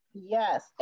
Yes